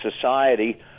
society